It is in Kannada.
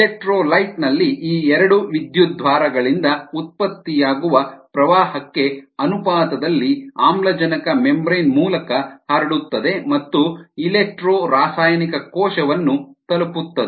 ಎಲೆಕ್ಟ್ರೋಲೈಟ್ ನಲ್ಲಿ ಈ ಎರಡು ವಿದ್ಯುದ್ವಾರಗಳಿಂದ ಉತ್ಪತ್ತಿಯಾಗುವ ಪ್ರವಾಹಕ್ಕೆ ಅನುಪಾತದಲ್ಲಿ ಆಮ್ಲಜನಕ ಮೆಂಬ್ರೇನ್ ಮೂಲಕ ಹರಡುತ್ತದೆ ಮತ್ತು ಎಲೆಕ್ಟ್ರೋ ರಾಸಾಯನಿಕ ಕೋಶವನ್ನು ತಲುಪುತ್ತದೆ